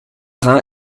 rhin